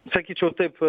sakyčiau taip